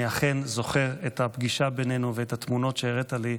אני אכן זוכר את הפגישה בינינו ואת התמונות שהראית לי.